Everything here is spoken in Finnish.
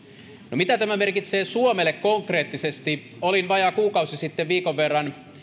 no mitä tämä merkitsee suomelle konkreettisesti olin vajaa kuukausi sitten viikon verran